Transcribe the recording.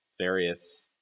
various